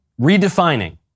redefining